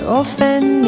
offend